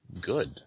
good